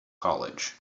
college